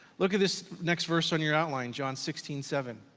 look at this next verse on your outline, john sixteen seven.